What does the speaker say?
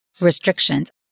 restrictions